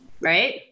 Right